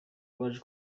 rwaje